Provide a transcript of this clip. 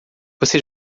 você